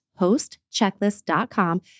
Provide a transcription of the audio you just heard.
HostChecklist.com